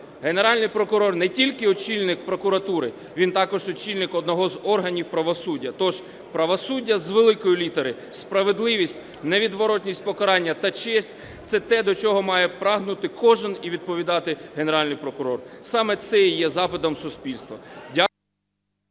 Генеральний прокурор не тільки очільник прокуратури, він також очільник одного з органів правосуддя, тож правосуддя з великої літери, справедливість, невідворотність покарання та честь – це те, до чого має прагнути кожен і відповідати Генеральний прокурор, саме це і є запитом суспільства.